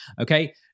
Okay